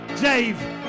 Dave